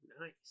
Nice